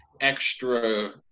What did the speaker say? extra